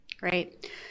Great